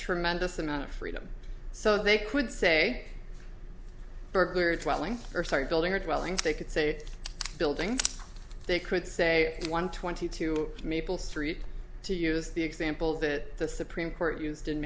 tremendous amount of freedom so they could say burglar trialing or start building or dwelling they could say building they could say one twenty two maple street to use the example that the supreme court used in